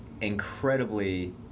incredibly